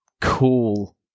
cool